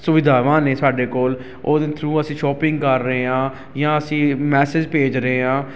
ਸੁਵਿਧਾਵਾਂ ਨੇ ਸਾਡੇ ਕੋਲ ਉਹਦੇ ਥਰੂ ਅਸੀਂ ਸ਼ੋਪਿੰਗ ਕਰ ਰਹੇ ਹਾਂ ਜਾਂ ਅਸੀਂ ਮੈਸਿਜ ਭੇਜ ਰਹੇ ਹਾਂ